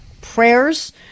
prayers